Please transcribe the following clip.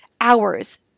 hours